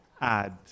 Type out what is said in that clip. Add